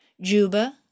Juba